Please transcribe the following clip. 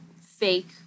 fake